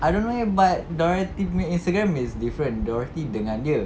I don't know eh but dorothy punya Instagram is different dorothy dengan dia